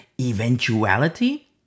eventuality